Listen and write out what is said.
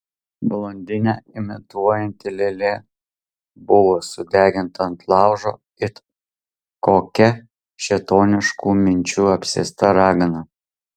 blondinę imituojanti lėlė buvo sudeginta ant laužo it kokia šėtoniškų minčių apsėsta ragana